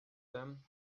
them